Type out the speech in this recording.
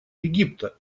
египта